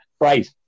Right